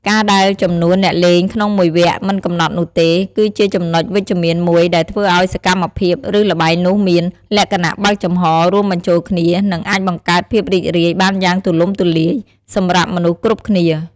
ការដែលចំនួនអ្នកលេងក្នុងមួយវគ្គមិនកំណត់នោះទេ គឺជាចំណុចវិជ្ជមានមួយដែលធ្វើឲ្យសកម្មភាព ឬល្បែងនោះមាន លក្ខណៈបើកចំហ រួមបញ្ចូលគ្នា និងអាចបង្កើតភាពរីករាយបានយ៉ាងទូលំទូលាយ សម្រាប់មនុស្សគ្រប់គ្នា។